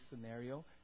scenario